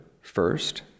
First